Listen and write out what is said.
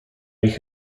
ich